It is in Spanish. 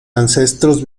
ancestros